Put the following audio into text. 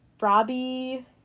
Robbie